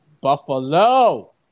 Buffalo